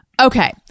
Okay